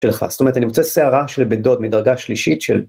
שלך זאת אומרת אני רוצה שיערה של בן דוד מדרגה שלישית של